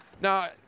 Now